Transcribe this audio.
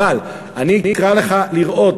אבל אני אקרא לך לראות,